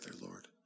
Lord